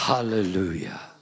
Hallelujah